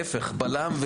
אלא להפך בלם,